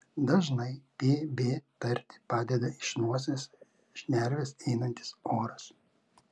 dažnai p b tarti padeda iš nosies šnervės einantis oras